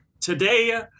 Today